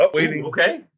okay